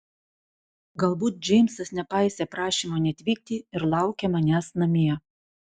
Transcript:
galbūt džeimsas nepaisė prašymo neatvykti ir laukia manęs namie